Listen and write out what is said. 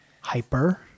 Hyper